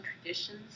traditions